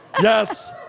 yes